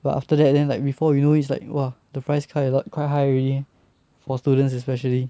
but after that then like before we know it's like !wah! the price quite a lot quite high already for students especially